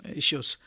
issues